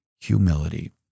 humility